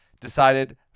decided